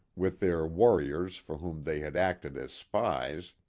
with their warriors for whom they had acted as spies,